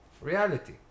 reality